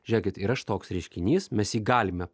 žiūrėkit yra štoks reiškinys mes jį galime